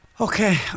Okay